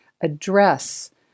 address